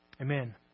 Amen